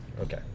Okay